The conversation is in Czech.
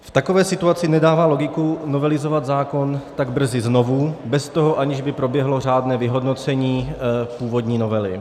V takové situaci nedává logiku novelizovat zákon tak brzy znovu, aniž by proběhlo řádné vyhodnocení původní novely.